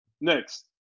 Next